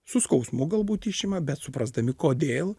su skausmu galbūt išima bet suprasdami kodėl